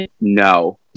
no